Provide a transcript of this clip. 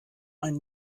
ein